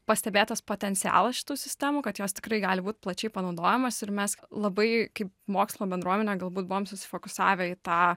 pastebėtas potencialas šitų sistemų kad jos tikrai gali būt plačiai panaudojamos ir mes labai kaip mokslo bendruomenė galbūt buvom susifokusavę į tą